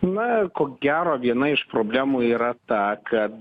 na ko gero viena iš problemų yra ta kad